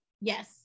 yes